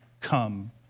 come